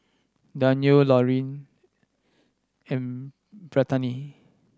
Danyell Laureen and Brittani